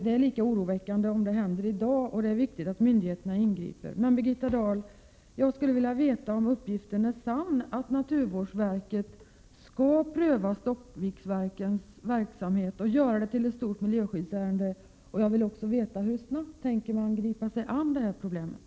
Det är lika oroväckande om det händer i dag, och det är viktigt att myndigheterna ingriper. Men, Birgitta Dahl, jag skulle vilja veta om uppgiften är sann att naturvårdsverket skall pröva Stockviksverkens verksamhet och göra det till ett stort miljöskyddsärende. Jag vill också veta hur snabbt man tänker gripa sig an det här problemet.